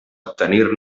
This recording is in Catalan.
obtenir